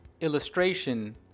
illustration